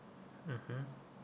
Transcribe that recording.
mmhmm